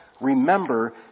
remember